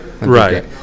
Right